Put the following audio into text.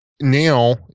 now